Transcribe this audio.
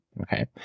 Okay